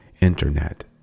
internet